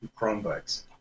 Chromebooks